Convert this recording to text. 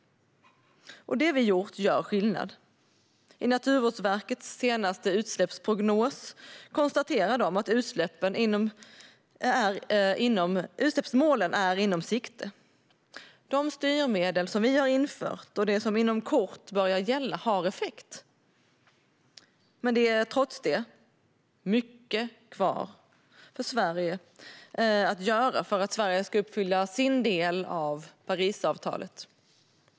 Det vi har gjort gör också skillnad. Naturvårdsverket konstaterar i sin senaste utsläppsprognos att utsläppsmålen är i sikte. De styrmedel som vi har infört och det som inom kort börjar gälla får effekt. Men det är trots det mycket kvar för Sverige att göra för att vi ska uppfylla vår del av Parisavtalet.